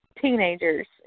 teenagers